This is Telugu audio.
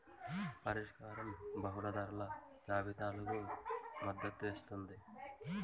పరిష్కారం బహుళ ధరల జాబితాలకు మద్దతు ఇస్తుందా?